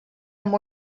amb